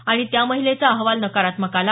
आणि त्या महिलेचा अहवाल नकारात्मक आला